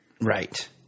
Right